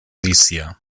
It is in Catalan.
lícia